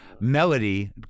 melody